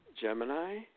Gemini